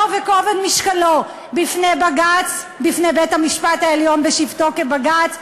וכובד משקלו בפני בית-המשפט העליון בשבתו כבג"ץ,